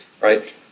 right